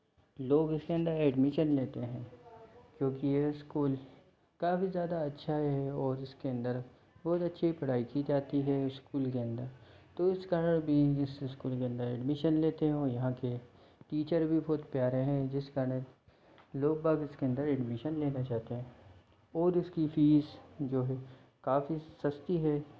लोग इसके अंदर एडमिशन लेते हैं क्योंकि यह स्कूल काफ़ी ज़्यादा अच्छा है और इसके अंदर बहुत अच्छी पढ़ाई की जाती है स्कूल के अंदर तो इस कारण भी इस स्कूल के अंदर एडमिशन लेते हैं यहाँ के टीचर भी बहुत प्यारे हैं जिस कारण लोग बाग इसके अंदर एडमिशन लेना चाहते हैं और इसकी फीस जो है काफ़ी सस्ती है